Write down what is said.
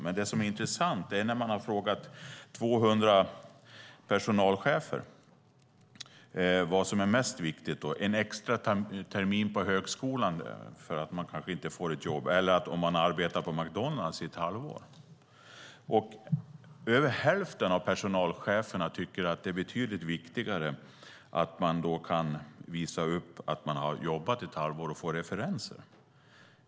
Men det finns något som är intressant. Man har frågat 200 personalchefer vad som är mest viktigt när det gäller den som kanske inte får ett jobb: Är det en extra termin på högskolan, eller är det att man arbetar på McDonalds i ett halvår? Över hälften av personalcheferna tycker att det är betydligt viktigare att man kan visa upp att man har jobbat i ett halvår och att man får referenser.